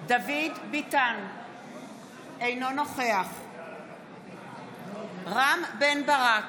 ברביבאי, מצביעה קרן ברק,